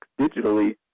digitally